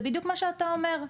זה בדיוק מה שאתה אומר,